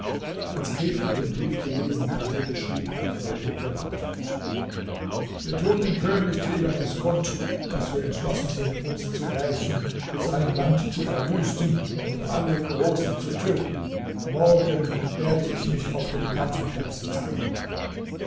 als kefid den brief gelesen hatte schrieb er folgende antwort wir tun dem könig tighanus kund daß wir entschlossen sind uns zu rächen sein land zu verwüsten und alle großen zu töten morgen werde ich mich auf dem kampfplatz zeigen